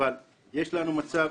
אבל יש לנו מצב